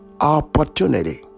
Opportunity